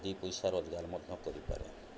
ଦୁଇ ପଇସା ରୋଜଗାର ମଧ୍ୟ କରିପାରେ